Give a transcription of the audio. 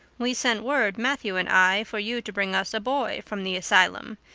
we send word, matthew and i, for you to bring us a boy from the asylum.